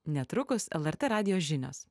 netrukus lrt radijo žinios